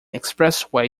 expressway